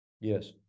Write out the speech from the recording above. yes